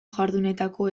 jardunetako